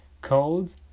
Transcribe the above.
cold